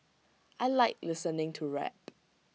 I Like listening to rap